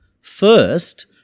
First